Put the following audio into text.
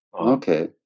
Okay